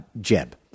Jeb